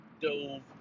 dove